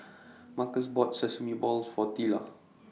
Marcus bought Sesame Balls For Teela